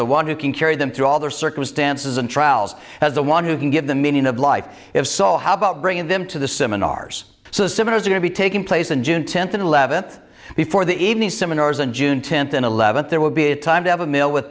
the one who can carry them through all their circumstances and trials as the one who can give the meaning of life if so how about bringing them to the seminars so so it is going to be taking place on june tenth and eleventh before the evening seminars in june tenth and eleventh there will be a time to have a meal with